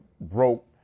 broke